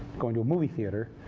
going to a movie theater,